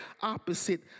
opposite